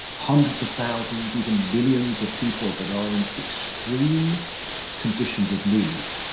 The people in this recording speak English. hundreds of thousands, even millions of people that are in extreme conditions of need,